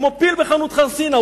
כמו פיל בחנות חרסינה.